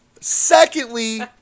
secondly